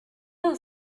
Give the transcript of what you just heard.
are